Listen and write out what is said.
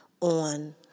on